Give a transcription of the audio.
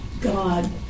God